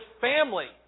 family